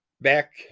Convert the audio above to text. back